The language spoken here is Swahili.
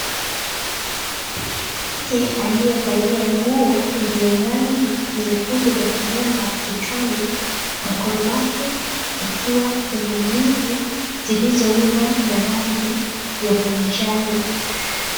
Mwanamke aliyevalia nguo yenye rangi nyekundu na kilemba kichwani. Mkono wake ukiwa kwenye ndizi zilizoiva na rangi ya manjano.